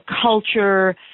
culture